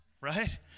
right